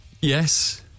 Yes